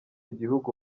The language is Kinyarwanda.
gihugu